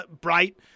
bright